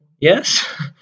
Yes